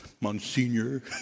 Monsignor